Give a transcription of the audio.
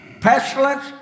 pestilence